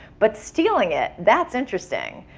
but stealing it, that's interesting.